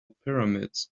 pyramids